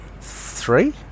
three